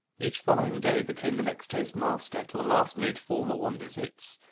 each following day became the next dayes master, till the last made former wonders, it's.